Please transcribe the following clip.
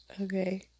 Okay